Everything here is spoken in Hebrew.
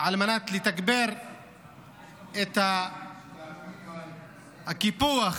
להגביר את הקיפוח